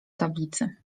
tablicy